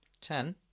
Ten